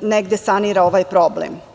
negde sanira ovaj problem.